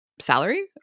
salary